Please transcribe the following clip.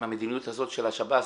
עם המדיניות הזאת של השב"ס?